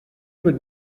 were